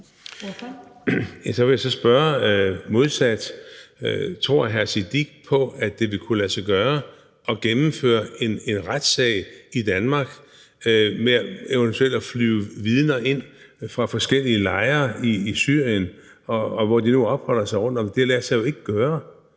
vil jeg så modsat spørge: Tror hr. Sikandar Siddique på, at det vil kunne lade sig gøre at gennemføre en retssag i Danmark ved eventuelt at flyve vidner ind fra forskellige lejre i Syrien, eller hvorend de nu opholder sig? Det lader sig jo ikke gøre.